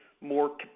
more